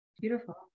Beautiful